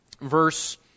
verse